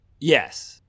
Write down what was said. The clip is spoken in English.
Yes